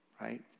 Right